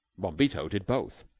bombito did both.